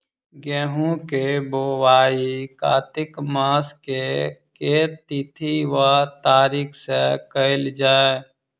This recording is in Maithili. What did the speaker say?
गेंहूँ केँ बोवाई कातिक मास केँ के तिथि वा तारीक सँ कैल जाए?